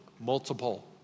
multiple